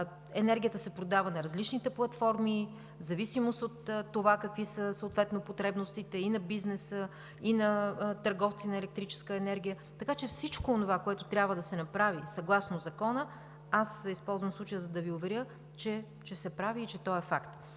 Енергията се продава на различните платформи в зависимост от това какви са съответно потребностите и на бизнеса, и на търговци на електрическа енергия. Така че всичко онова, което трябва да се направи съгласно закона, аз използвам случая, за да Ви уверя, че се прави и е факт.